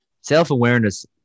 self-awareness